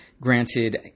Granted